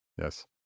Yes